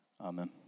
Amen